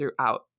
throughout